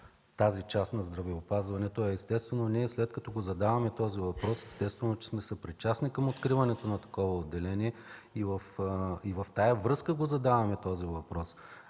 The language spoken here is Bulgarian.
тази част на здравеопазването? Естествено, ние след като задаваме този въпрос, сме съпричастни към откриването на такова отделение и в тази връзка задаваме въпроса.